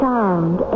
sound